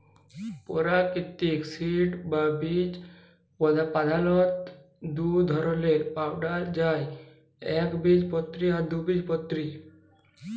পেরাকিতিক সিড বা বীজ পধালত দু ধরলের পাউয়া যায় একবীজপত্রী আর দু